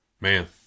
Man